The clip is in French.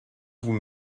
vous